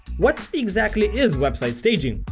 what exactly is website staging?